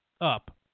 Up